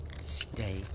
Stay